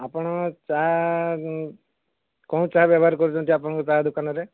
ଆପଣ ଚାହା କଣ ଚାହା ବ୍ୟବହାର କରୁଛନ୍ତି ଆପଣଙ୍କ ଚାହା ଦୋକାନରେ